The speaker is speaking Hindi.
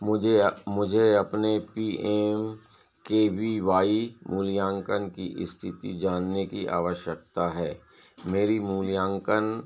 मुझे मुझे अपने P M K V Y मूल्यान्कन की इस्थिति जानने की आवश्यकता है मेरी मूल्यान्कन आई डी सात चार आठ एक छह तीन है और मेरे बैंक खा खाता सँख्या के अन्तिम चार अंक पाँच नौ छह नौ है